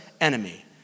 enemy